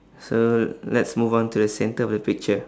so let's move on to the centre of the picture